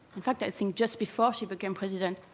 in fact, i think just before she became president,